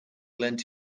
lent